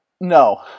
No